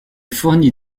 fournit